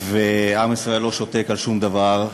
עם ישראל לא שותק על שום דבר,